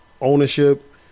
Ownership